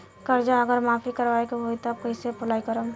कर्जा अगर माफी करवावे के होई तब कैसे अप्लाई करम?